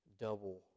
double